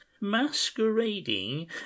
masquerading